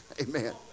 Amen